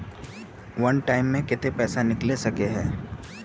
वन time मैं केते पैसा निकले सके है?